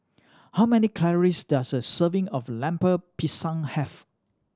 how many calories does a serving of Lemper Pisang have